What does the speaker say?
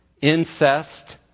incest